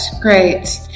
great